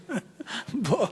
בוא.